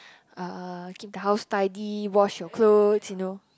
uh keep the house tidy wash your clothes you know